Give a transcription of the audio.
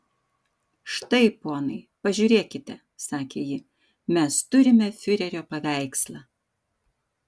štai ponai pažiūrėkite sakė ji mes turime fiurerio paveikslą